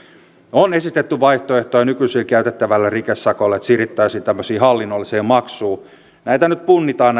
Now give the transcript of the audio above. on esitetty vaihtoehtona nykyisin käytettävälle rikesakolle että siirryttäisiin tämmöiseen hallinnolliseen maksuun näitä valmisteluja nyt punnitaan